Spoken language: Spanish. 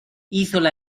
hízola